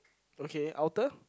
okay outer